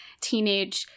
teenage